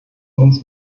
uns